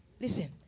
listen